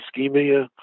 ischemia